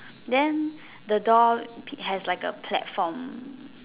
then the door pig has like a platform